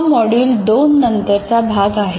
हा मॉड्यूल दोन नंतरचा भाग आहे